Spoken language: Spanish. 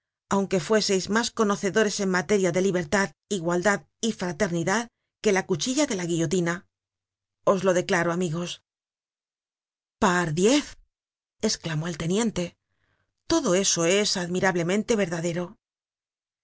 aunque fuéseis mas conocedores en materia de libertad igualdad y fraternidad que la cuchilla de la guillotina os lo declaro amigos pardiez esclamó el teniente todo eso es admirablemente verdadero el